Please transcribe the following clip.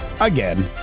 again